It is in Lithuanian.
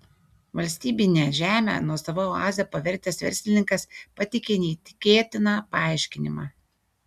valstybinę žemę nuosava oaze pavertęs verslininkas pateikė neįtikėtiną paaiškinimą